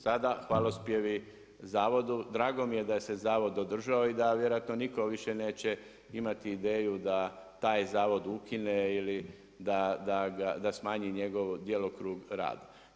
Sada hvalospjevi zavodu, drago mi je da se je zavod održao i da vjerojatno niko više neće imati ideju da taj zavod ukine i da smanji njegov djelokrug rada.